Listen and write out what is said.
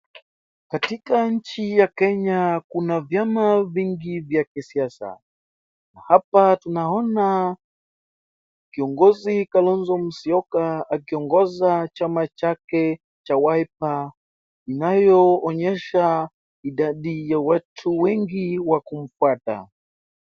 Katika nchi ya Kenya kuna vyama vingi vya kisiasa. Hapa tunaona kiongozi Kalonzo Musyoka akiongoza chama chake cha Wiper inayoonyesha idadi ya watu wengi wakumfuata.